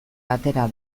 atera